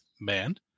band